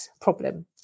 problem